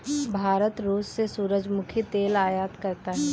भारत रूस से सूरजमुखी तेल आयात करता हैं